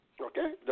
Okay